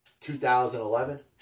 2011